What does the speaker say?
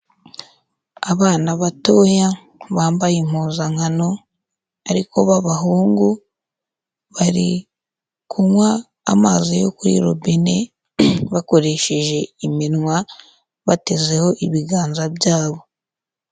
Abana batoya bambaye impuzankano, ariko b'abahungu bari kunywa amazi yo kuri robine, bakoresheje iminwa batezeho ibiganza byabo.